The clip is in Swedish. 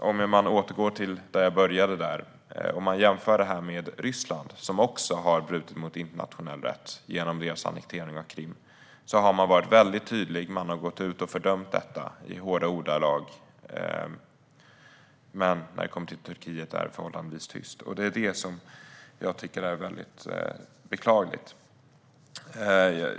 När det gäller Ryssland, som också har brutit mot internationell rätt genom annekteringen av Krim, har man varit tydlig och gått ut och fördömt detta i hårda ordalag. Men när det gäller Turkiet är det förhållandevis tyst, och det är det som jag tycker är beklagligt.